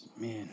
man